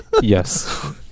Yes